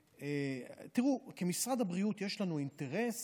תראו, כמשרד הבריאות, יש לנו אינטרס